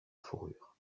fourrures